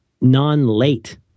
non-late